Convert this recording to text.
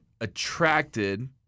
attracted—